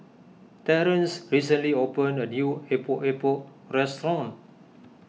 Terrance recently opened a new Epok Epok restaurant